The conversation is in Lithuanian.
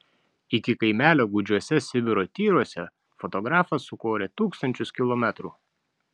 iki kaimelio gūdžiuose sibiro tyruose fotografas sukorė tūkstančius kilometrų